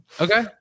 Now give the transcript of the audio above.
Okay